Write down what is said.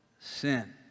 Sin